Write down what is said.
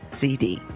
CD